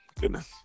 goodness